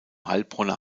heilbronner